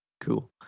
Cool